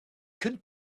can